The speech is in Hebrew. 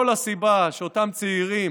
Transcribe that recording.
כל הסיבה לכך שאותם צעירים